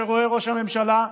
שרואה ראש הממשלה,